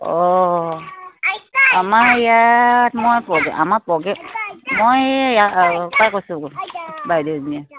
অঁ আমাৰ ইয়াত মই পগে আমাৰ পগে মই ইয়া পা কৈছোঁ বাইদেউ এজনীয়ে